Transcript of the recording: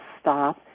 stop